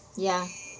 ya